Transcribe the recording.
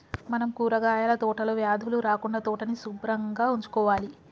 మనం కూరగాయల తోటలో వ్యాధులు రాకుండా తోటని సుభ్రంగా ఉంచుకోవాలి